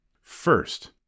First